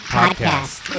podcast